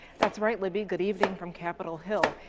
that's rightly be, good evening from capitol hill.